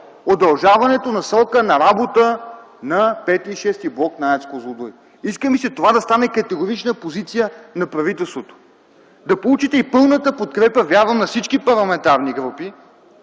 удължаването срока на работа на пети и шести блок на АЕЦ „Козлодуй”. Иска ми се това да стане категорична позиция на правителството. Да получите и пълната подкрепа, вярвам, на всички парламентарни групи